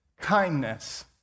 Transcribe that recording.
Kindness